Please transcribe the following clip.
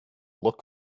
look